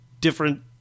different